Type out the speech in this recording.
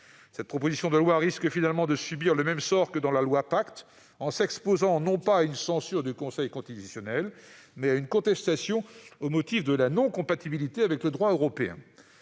Cette proposition de loi risque finalement de subir le même sort que la disposition contenue dans la loi Pacte, en s'exposant, non pas à une censure du Conseil constitutionnel cette fois, mais à une contestation au motif de sa non-compatibilité avec le droit européen.